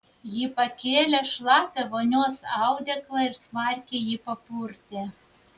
ji pakėlė šlapią vonios audeklą ir smarkiai jį papurtė